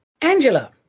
Angela